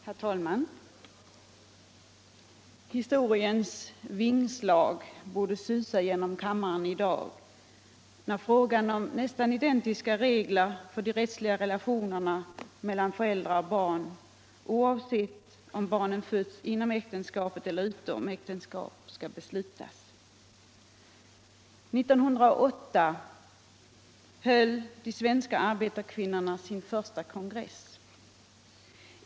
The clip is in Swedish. Herr talman! Historiens vingslag borde susa genom kammaren i dag när beslut skall fattas i frågan om nästan identiska regler för de rättsliga relationerna mellan föräldrar och barn, oavsett om barnen föds inom äktenskap eller utom äktenskap. 1908 höll de svenska arbetarkvinnorna sin första kongress.